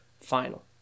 Final